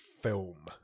film